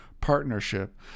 partnership